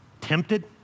tempted